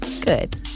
Good